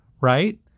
right